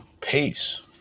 Peace